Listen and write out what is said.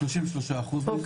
33 אחוז מזה,